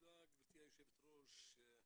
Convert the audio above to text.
תודה גברתי היושבת ראש.